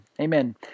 Amen